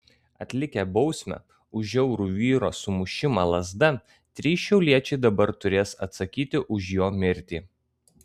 atlikę bausmę už žiaurų vyro sumušimą lazda trys šiauliečiai dabar turės atsakyti ir už jo mirtį